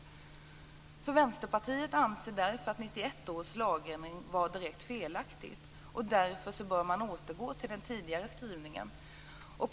Vi i Vänsterpartiet anser därför att lagändringen 1991 var direkt felaktig. Därför bör man återgå till den tidigare skrivningen. Fru talman!